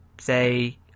say